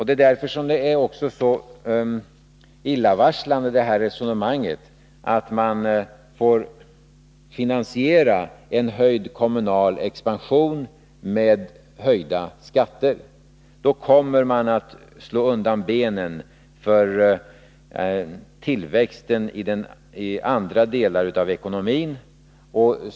Det är därför som det här resonemanget om att man får finansiera en höjd kommunal expansion med höjda skatter är så illavarslande. Då kommer man att slå undan benen för tillväxten i andra delar av ekonomin.